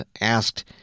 asked